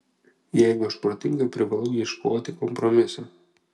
jeigu aš protinga privalau ieškoti kompromiso